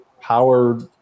power